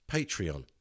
Patreon